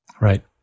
right